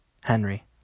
Henry